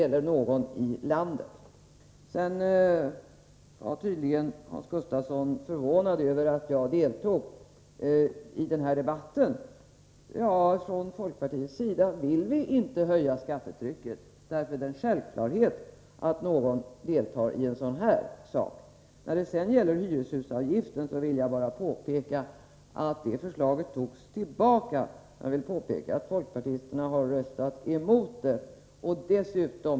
Hans Gustafsson är tydligen förvånad över att jag deltar i debatten. Jag gör det för att framhålla att vi i folkpartiet inte vill höja skattetrycket. Därför är det en självklarhet att jag deltar i debatten. När det gäller förslaget om hyreshusavgiften vill jag bara påpeka att det förslaget drogs tillbaka. Vi folkpartister var emot det.